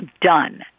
done